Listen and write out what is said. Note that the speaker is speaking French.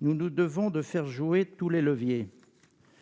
nous nous devons de faire jouer tous les leviers.